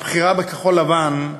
הבחירה בכחול-לבן,